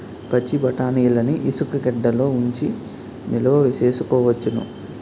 పచ్చిబఠాణీలని ఇసుగెడ్డలలో ఉంచి నిలవ సేసుకోవచ్చును